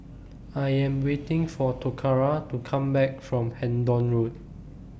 I Am waiting For Toccara to Come Back from Hendon Road